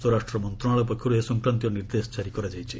ସ୍ୱରାଷ୍ଟ୍ର ମନ୍ତ୍ରଣାଳୟ ପକ୍ଷରୁ ଏ ସଂକ୍ରାନ୍ତୀୟ ନିର୍ଦ୍ଦେଶ କାରି କରାଯାଇଛି